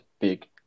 big